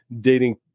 dating